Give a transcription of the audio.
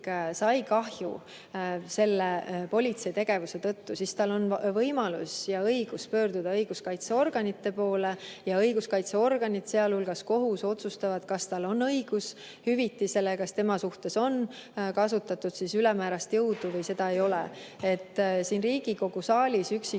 sai kahju politsei tegevuse tõttu, siis tal on võimalus ja õigus pöörduda õiguskaitseorganite poole ja õiguskaitseorganid, sealhulgas kohus, otsustavad, kas tal on õigus hüvitisele, kas tema suhtes on kasutatud ülemäärast jõudu või seda ei ole. Siin Riigikogu saalis üksikjuhtumeid